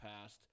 past